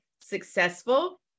successful